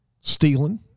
Stealing